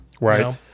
Right